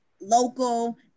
local